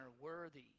worthy